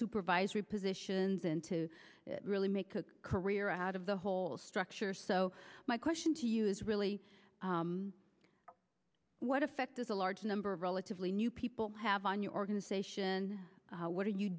supervisory positions and to really make a career out of the whole structure so my question to you is really what effect does a large number of relatively new people have on your organization what are you